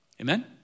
Amen